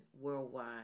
worldwide